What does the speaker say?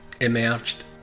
emerged